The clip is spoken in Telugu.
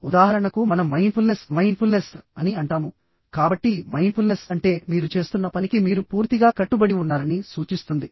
ఉదాహరణకు మనం మైండ్ఫుల్నెస్ అని అంటాము కాబట్టి మైండ్ఫుల్నెస్ అంటే మీరు చేస్తున్న పనికి మీరు పూర్తిగా కట్టుబడి ఉన్నారని సూచిస్తుంది